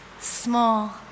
small